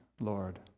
Lord